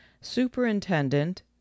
superintendent